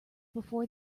before